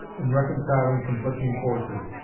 in reconciling conflicting forces,